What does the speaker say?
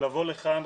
לבוא לכאן,